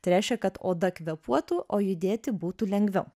tai reiškia kad oda kvėpuotų o judėti būtų lengviau